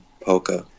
polka